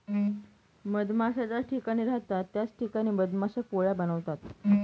मधमाश्या ज्या ठिकाणी राहतात त्याच ठिकाणी मधमाश्या पोळ्या बनवतात